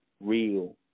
real